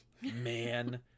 Man